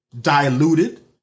diluted